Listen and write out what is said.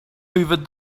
hoovered